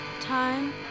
Time